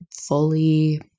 fully